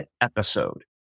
episode